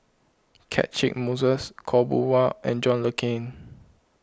Catchick Moses Khaw Boon Wan and John Le Cain